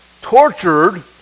tortured